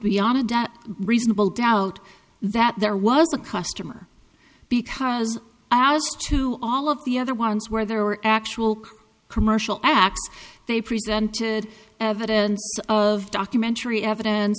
beyond reasonable doubt that there was a customer because i was to all of the other ones where there were actual commercial acts they presented evidence of documentary evidence